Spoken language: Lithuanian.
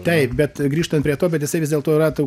taip bet grįžtant prie to bet jisai vis dėlto yra tų